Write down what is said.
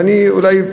ואני אולי,